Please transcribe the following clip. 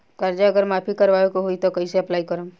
कर्जा अगर माफी करवावे के होई तब कैसे अप्लाई करम?